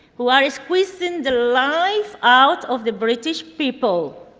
who are squeezing the life out of the british people.